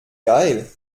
geil